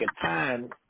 time